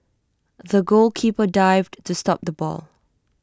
the goalkeeper dived to stop the ball